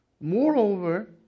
Moreover